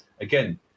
again